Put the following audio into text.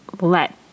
let